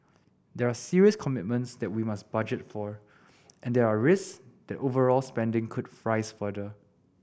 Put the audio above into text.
there are serious commitments that we must budget for and there are risks that overall spending could rise further